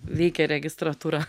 veikia registratūra